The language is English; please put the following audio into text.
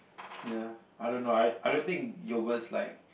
ya I don't know I I don't think yogurt's like